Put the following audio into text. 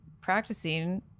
practicing